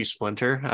Splinter